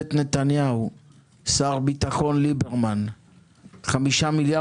יש שם תכנית לירושלים ומורשת, תכנית